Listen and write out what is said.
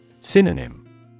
Synonym